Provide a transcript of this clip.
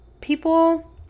people